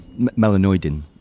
melanoidin